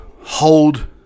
hold